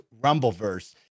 Rumbleverse